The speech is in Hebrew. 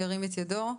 ירים את ידו.